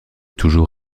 toujours